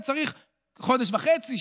חודש וחצי,